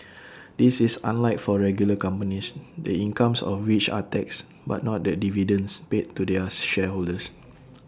this is unlike for regular companies the incomes of which are taxed but not the dividends paid to their shareholders